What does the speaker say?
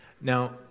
Now